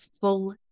full